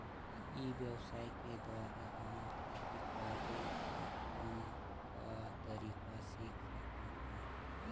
ई व्यवसाय के द्वारा हमन खेती करे कर कौन का तरीका सीख सकत हन?